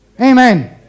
Amen